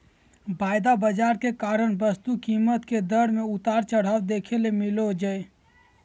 वायदा बाजार के कारण वस्तु कीमत के दर मे उतार चढ़ाव देखे ले मिलो जय